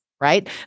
right